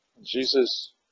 Jesus